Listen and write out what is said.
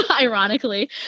Ironically